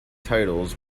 titles